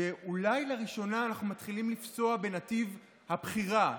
ואולי לראשונה אנחנו מתחילים לפסוע בנתיב הבחירה,